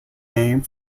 name